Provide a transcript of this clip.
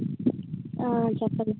ఆ చెప్పండి